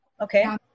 Okay